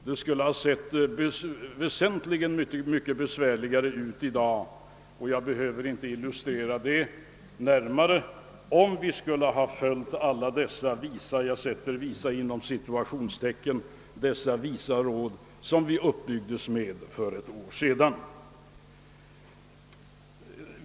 Det skulle ha sett väsentligt mycket besvärligare ut i dag — jag behöver inte illustrera det närmare — om vi hade följt alla dessa »visa» råd som vi uppbyggdes med för ett år sedan.